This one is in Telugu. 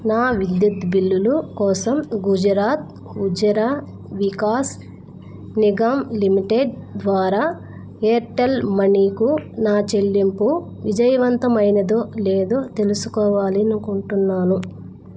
నా విద్యుత్ బిల్లులు కోసం గుజరాత్ ఉజ్జరా వికాస్ నిగమ్ లిమిటెడ్ ద్వారా ఎయిర్టెల్ మనీకు నా చెల్లింపు విజయవంతమైనదో లేదో తెలుసుకోవాలి అనుకుంటున్నాను